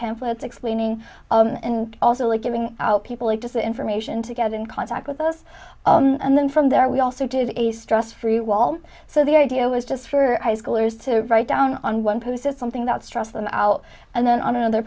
pamphlets explaining and also like giving out people like us information to get in contact with us and then from there we also did a stress free wall so the idea was just for high schoolers to write down on one post said something that struck them out and then on another